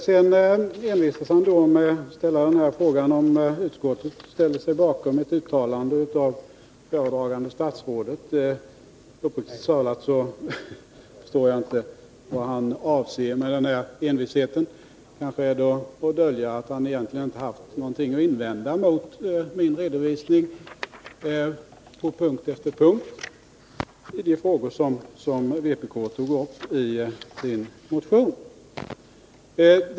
Jörn Svensson envisas med att fråga om utskottet ställer sig bakom ett uttalande av föredragande statsrådet. Uppriktigt talat förstår jag inte vad han avser med den envisheten. Kanske är det för att dölja att han egentligen inte på någon punkt haft någonting att invända mot min redovisning av de frågor som vpk tagit upp i sin motion.